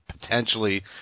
potentially